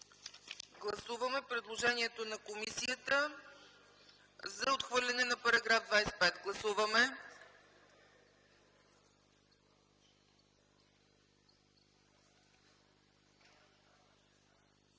гласуване предложението на комисията за отхвърляне на § 14. Гласували